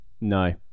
No